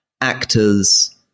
actors